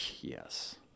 Yes